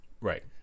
Right